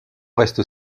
reste